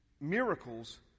miracles